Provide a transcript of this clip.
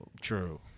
True